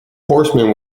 horseman